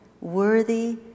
worthy